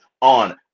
on